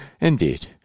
Indeed